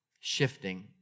shifting